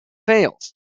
fails